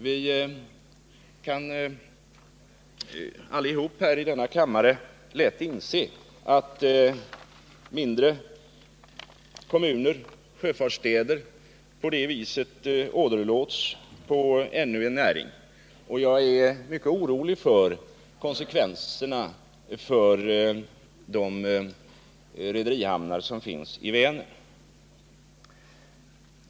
Vi kan alla i den här kammaren inse att mindre kommuner och sjöfartsstäder på det viset åderlåts på ännu en näring. Jag är mycket orolig för konsekvenserna för de rederihamnar som finns i Vänern.